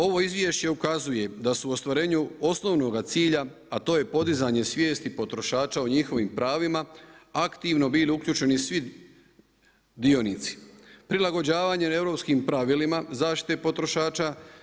Ovo izvješće ukazuje da su u ostvarenju osnovnoga cilja a to je podizanje svijesti potrošača o njihovim pravima aktivno bili uključeni svi dionici, prilagođavanje na europskim pravilima zaštite potrošača.